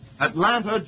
Atlanta